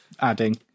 adding